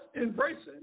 embracing